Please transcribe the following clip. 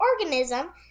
organism